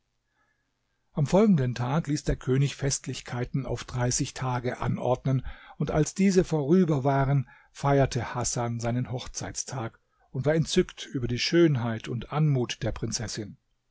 am folgenden tag ließ der könig festlichkeiten auf dreißig tage anordnen und als diese vorüber waren feierte hasan seinen hochzeitstag und war entzückt über die schönheit und anmut der prinzessin